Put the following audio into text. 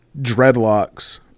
dreadlocks